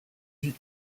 vie